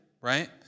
right